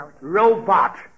Robot